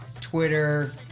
Twitter